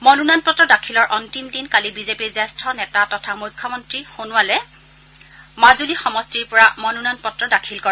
মনোনয়ন পত্ৰ দাখিলৰ অন্তিম দিনা কালি বিজেপিৰ জ্যেষ্ঠ নেতা তথা মুখ্যমন্ত্ৰী সৰ্বানন্দ সোণোৱালে মাজুলী সমষ্টিৰ পৰা মনোনয়ন পত্ৰ দাখিল কৰে